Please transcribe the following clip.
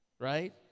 Right